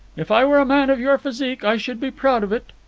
if i were a man of your physique, i should be proud of it.